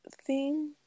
theme